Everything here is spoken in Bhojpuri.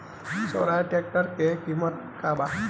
स्वराज ट्रेक्टर के किमत का बा?